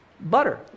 butter